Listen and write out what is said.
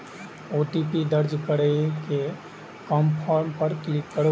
OTP दर्ज करै के कंफर्म पर क्लिक करू